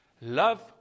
Love